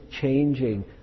changing